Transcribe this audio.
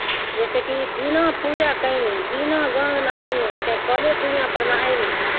जैसेकि बिना पूजा कयने बिना गाङ्ग नहयने चाहे कले कूइआँपर नहयने